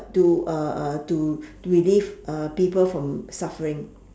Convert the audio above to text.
to uh uh to relief uh people from suffering